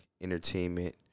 entertainment